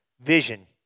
Vision